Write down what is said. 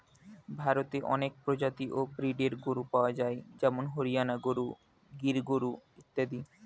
ভারতে অনেক প্রজাতি ও ব্রীডের গরু পাওয়া যায় যেমন হরিয়ানা গরু, গির গরু ইত্যাদি